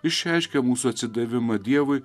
išreiškia mūsų atsidavimą dievui